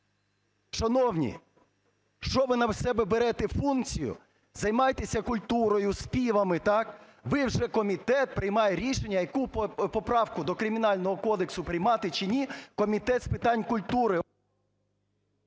Шановні, що ви на себе берете функцію? Займайтеся культурою, співами – так? Ви вже, комітет, приймаєте рішення, яку поправку до Кримінального кодексу приймати чи ні, Комітет з питань культури...